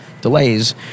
delays